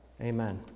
Amen